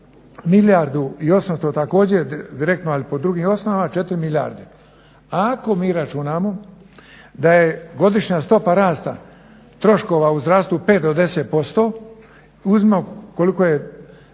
milijardu i 800 također direktno ali po drugim osnovama, 4 milijarde. Ako mi računamo da je godišnja stopa rasta troškova u zdravstvu 5 do 10%, uzmimo koliki je